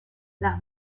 las